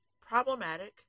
problematic